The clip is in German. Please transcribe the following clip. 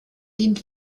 dient